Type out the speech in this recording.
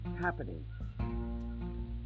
happening